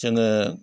जोङो